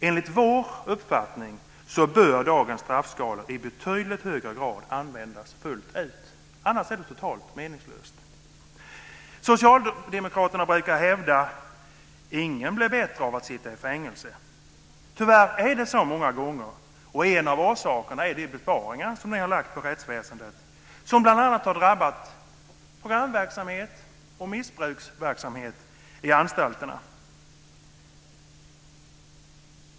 Enligt vår uppfattning bör dagens straffskalor i betydligt högre grad användas fullt ut, annars är det totalt meningslöst. Socialdemokraterna brukar hävda att ingen blir bättre av att sitta i fängelse. Tyvärr är det så många gånger, och en av orsakerna är de besparingar som ni har lagt på rättsväsendet som bl.a. har drabbat programverksamhet och missbruksverksamhet på anstalterna.